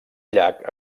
llac